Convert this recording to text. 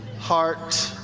heart,